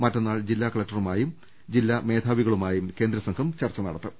മറ്റന്നാൾ ജില്ലാ കലക്ടറുമായും വിവിധ ജില്ലാ മേധാവികളുമായും കേന്ദ്രസംഘം ചർച്ച നടത്തും